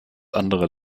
andere